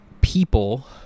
people